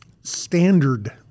standard